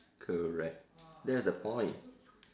correct that's the point